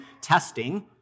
testing